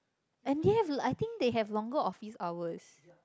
and yes I think they have longer office hours